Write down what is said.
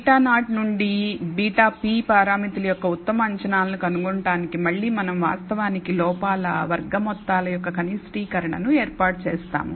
β0నుండి βp పారామితుల యొక్క ఉత్తమ అంచనాలను కనుగొనడానికి మళ్ళీ మనం వాస్తవానికి లోపాల వర్గ మొత్తాల యొక్క కనిష్టీకరణను ఏర్పాటు చేసాము